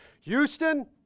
Houston